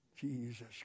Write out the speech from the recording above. Jesus